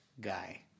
guy